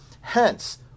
Hence